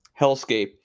hellscape